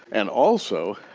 and also,